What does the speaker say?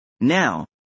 Now